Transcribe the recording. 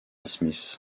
smith